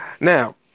Now